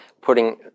putting